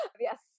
Yes